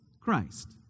Christ